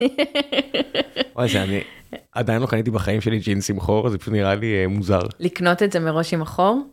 וואי אז אני, עדיין לא קניתי בחיים שלי ג'ינסים עם חור, זה פשוט נראה לי מוזר. לקנות את זה מראש עם החור?